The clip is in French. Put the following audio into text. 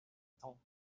temps